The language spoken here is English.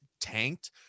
tanked